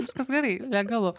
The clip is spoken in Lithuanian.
viskas gerai legalu